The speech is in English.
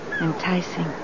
Enticing